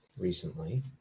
recently